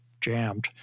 jammed